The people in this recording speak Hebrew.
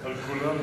על כולנו.